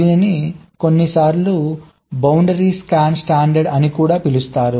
దీనిని కొన్నిసార్లు boundary scan standard అని కూడా పిలుస్తారు